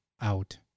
out